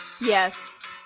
Yes